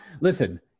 listen